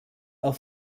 auf